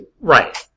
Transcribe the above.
Right